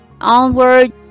onward